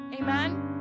Amen